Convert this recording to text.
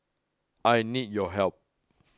I need your help